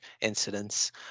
incidents